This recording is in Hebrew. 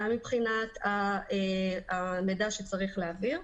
גם מבחינת המידע שצריך להעביר,